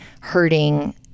hurting